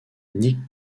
nick